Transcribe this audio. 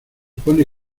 pone